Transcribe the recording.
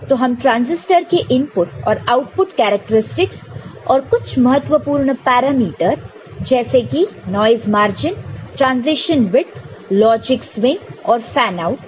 तो हम ट्रांजिस्टर के इनपुट और आउटपुट कैरेक्टरस्टिक्स और कुछ महत्वपूर्ण पैरामीटर जैसे कि noise margin transition width logic swing और फैन आउट